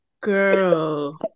Girl